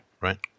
right